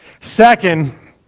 Second